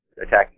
attacking